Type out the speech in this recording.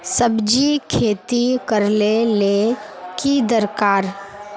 सब्जी खेती करले ले की दरकार?